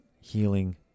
healing